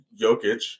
Jokic